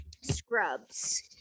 Scrubs